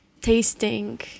tasting